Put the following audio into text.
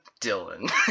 Dylan